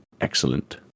excellent